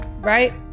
right